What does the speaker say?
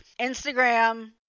Instagram